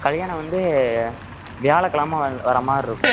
கல்யாணம் வந்து வியாழக்கெலம வ வர மாதிரி இருக்கும்